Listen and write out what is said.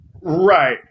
Right